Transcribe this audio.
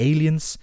Aliens